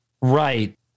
Right